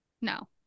no